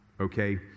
okay